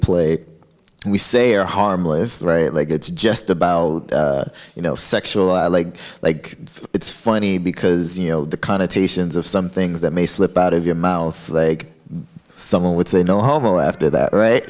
play we say are harmless right like it's just about you know sexual i like like it's funny because you know the connotations of some things that may slip out of your mouth someone would say no homo after that